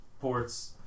Ports